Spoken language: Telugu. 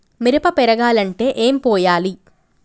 మిరప పెరగాలంటే ఏం పోయాలి?